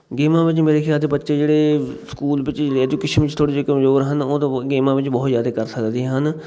ਗੇਮਾਂ ਵਿੱਚ ਮੇਰੇ ਖਿਆਲ 'ਚ ਬੱਚੇ ਜਿਹੜੇ ਸਕੂਲ ਵਿੱਚ ਐਜੂਕੇਸ਼ਨ ਵਿੱਚ ਥੋੜ੍ਹੇ ਜਿਹੇ ਕਮਜ਼ੋਰ ਹਨ ਉਹ ਤਾਂ ਬਹੁ ਗੇਮਾਂ ਵਿੱਚ ਬਹੁਤ ਜ਼ਿਆਦਾ ਕਰ ਸਕਦੇ ਹਨ